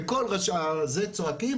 בכל הזה צועקים,